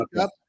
up